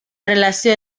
relació